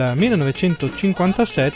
1957